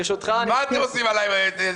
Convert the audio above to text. מה אתם עושים פה סיפור?